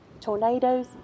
tornadoes